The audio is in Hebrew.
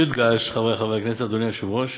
יודגש, חברי חברי הכנסת, אדוני היושב-ראש,